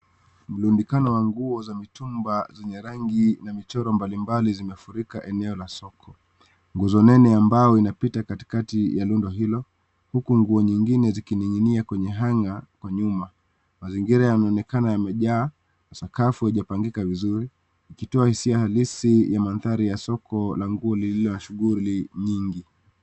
Mrundukano wa nguo za mitumba zenye rangi na michoro mbalimbali zimefurika eneo la soko. Nguzo nene ambayo inapita katikati ya eneo hilo huku nguo ingine zikiningia kwenye anga huko nyuma . Mazingira yanaonekana yamejaa sakafu yajepangika vizuri Ikitoa hisia alisi ya madhari ya soko ya mangu lililo na shughuli nyingi.